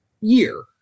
year